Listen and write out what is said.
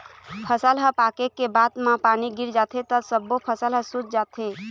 फसल ह पाके के बाद म पानी गिर जाथे त सब्बो फसल ह सूत जाथे